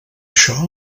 això